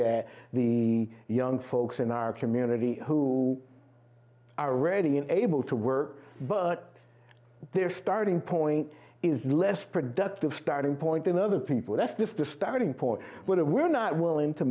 at the young folks in our community who are ready and able to work but their starting point is less productive starting point than other people that's just a starting point where we're not willing to